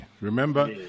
Remember